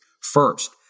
first